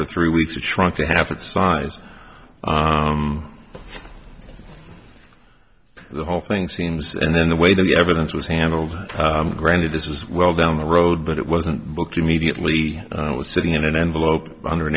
for three weeks of trying to have that size the whole thing seems and then the way the evidence was handled granted this was well down the road but it wasn't booked immediately it was sitting in an envelope under an